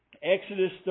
Exodus